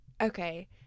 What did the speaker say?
Okay